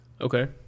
Okay